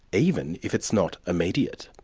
even if it's not immediate.